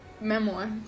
memoir